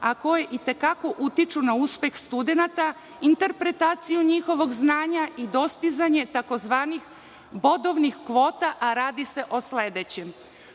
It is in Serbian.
a koje i te kako utiču na uspeh studenata, interpretaciju njihovog znanja i dostizanje tzv. bodovnih kvota, a radi se o sledećem.